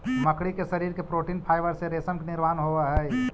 मकड़ी के शरीर के प्रोटीन फाइवर से रेशम के निर्माण होवऽ हई